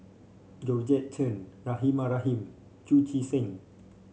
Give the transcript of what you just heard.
Georgette Chen Rahimah Rahim Chu Chee Seng